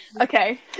Okay